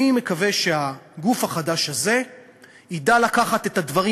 אני מקווה שהגוף החדש הזה ידע לקחת את הדברים